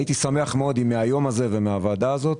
הייתי שמח אם מהיום ומהוועדה הזאת